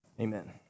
Amen